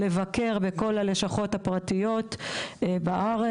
לבקר בכל הלשכות הפרטיות בארץ,